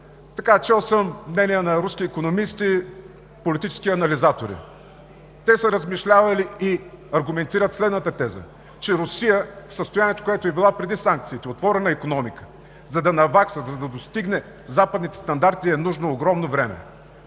това. Чел съм мнения на руски икономисти – политически анализатори. Те са размишлявали и аргументират следната теза: че Русия в състоянието, в което е била преди санкциите – отворена икономика, за да навакса, за да достигне западните стандарти, е нужно огромно време.